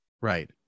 Right